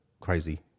crazy